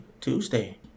Tuesday